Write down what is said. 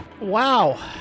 Wow